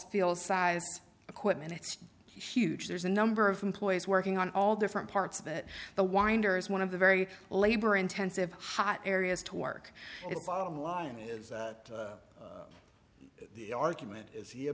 field size equipment it's huge there's a number of employees working on all different parts of it the winder is one of the very labor intensive hot areas to work it's bottom line is the argument is he